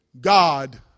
God